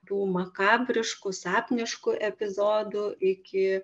tų makabriškų sapniškų epizodų iki